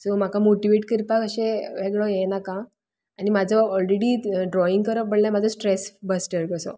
so म्हाका motivate करपाक वेगळो असो हें नाका म्हाजो ऑलरेडी ड्रॉइंग करप म्हऴ्यार म्हजो स्ट्रेस बस्टर कसो